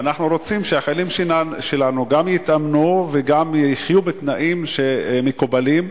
ואנחנו רוצים שהחיילים שלנו גם יתאמנו וגם יחיו בתנאים שהם מקובלים,